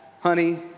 Honey